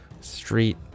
street